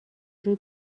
روی